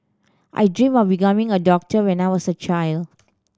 I dreamt of becoming a doctor when I was a child